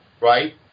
right